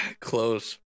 Close